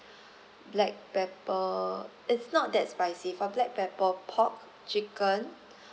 black pepper it's not that spicy for black pepper pork chicken